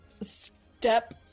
step